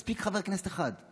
מספיק חבר כנסת אחד.